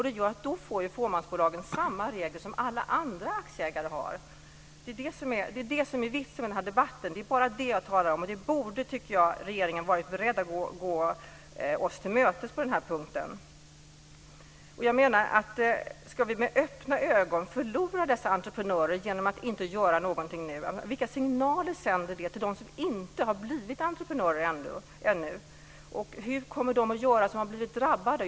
Det gör att fåmansbolagen skulle få samma regler som alla andra aktieägare har. Det är det som är vitsen med den här debatten. Det är bara det jag talar om. Jag tycker att regeringen borde ha varit beredd att gå oss till mötes på den här punkten. Ska vi med öppna ögon förlora dessa entreprenörer genom att inte göra någonting nu? Vilka signaler sänder det till dem som inte har blivit entreprenörer ännu? Hur kommer de att göra som har blivit drabbade?